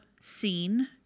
scene